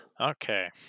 Okay